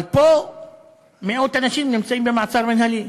אבל פה מאות אנשים נמצאים במעצר מינהלי.